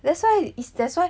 that's why it's that's why